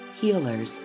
healers